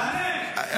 תענה,